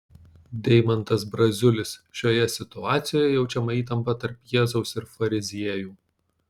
deimantas braziulis šioje situacijoje jaučiama įtampa tarp jėzaus ir fariziejų